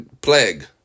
plague